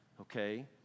okay